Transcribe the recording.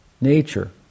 nature